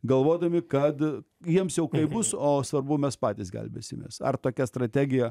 galvodami kad jiems jau kaip bus o svarbu mes patys gelbėsimės ar tokia strategija